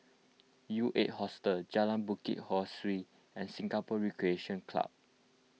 U eight Hostel Jalan Bukit Ho Swee and Singapore Recreation Club